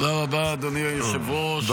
תודה רבה, אדוני היושב-ראש.